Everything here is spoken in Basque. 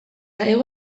hego